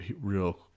real